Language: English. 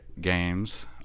games